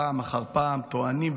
פעם אחר פעם טוענים,